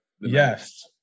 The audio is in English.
Yes